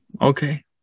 Okay